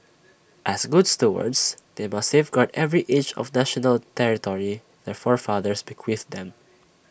as good stewards they must safeguard every inch of national territory their forefathers bequeathed them